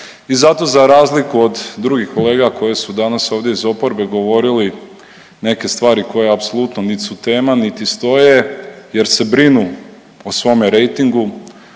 I zato za razliku od drugih kolega koji su danas ovdje iz oporbe govorili neke stvari koje apsolutno nit su tema, niti stoje jer se brinu u svome rejtingu,